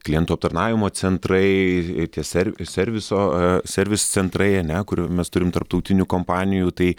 klientų aptarnavimo centrai tie servi serviso servis centrai ane kurių mes turim tarptautinių kompanijų tai